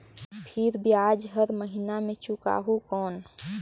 फिर ब्याज हर महीना मे चुकाहू कौन?